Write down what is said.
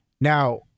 Now